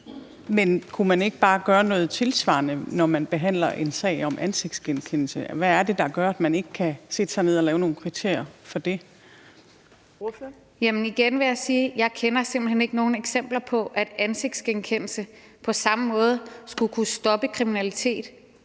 men kunne man ikke bare gøre noget tilsvarende, når man behandler en sag om ansigtsgenkendelse? Hvad er det, der gør, at man ikke kan sætte sig ned og lave nogle kriterier for det? Kl. 18:16 Fjerde næstformand (Trine Torp): Ordføreren. Kl. 18:16 Rosa Lund (EL): Igen vil jeg sige: Jeg kender simpelt hen ikke nogen eksempler på, at ansigtsgenkendelse på samme måde skulle kunne stoppe kriminalitet,